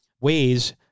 ways